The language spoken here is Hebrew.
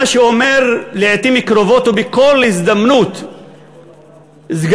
מה שאומר לעתים קרובות ובכל הזדמנות סגן